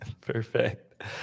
Perfect